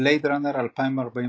"בלייד ראנר 2049"